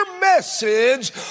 message